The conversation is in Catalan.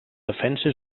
defensa